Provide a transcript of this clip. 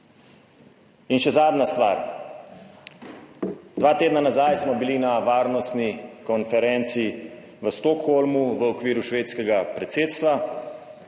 In še zadnja stvar. Dva tedna nazaj smo bili na varnostni konferenci v Stockholmu, v okviru švedskega predsedstva.